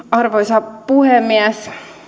arvoisa puhemies